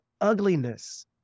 ugliness